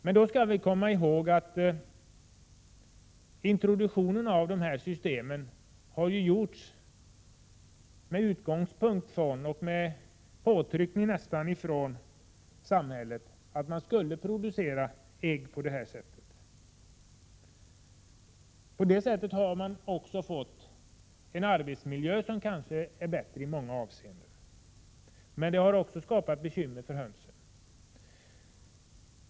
Vi skall emellertid komma ihåg att introduktionen av dessa system har gjorts med utgångspunkt i och efter nära nog påtryckningar från samhället att ägg skulle produceras på detta sätt. Härigenom har arbetsmiljön i många avseenden blivit bättre. Men systemet har lett till bekymmer för hönsen.